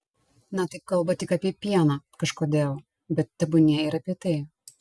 na taip kalba tik apie pieną kažkodėl bet tebūnie ir apie tai